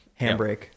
handbrake